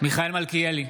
מיכאל מלכיאלי,